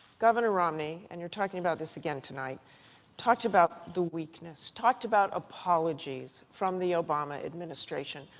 governor romney and you're talking about this again tonight talked about the weakness, talked about apologies from the obama administration.